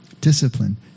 Discipline